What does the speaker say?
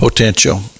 potential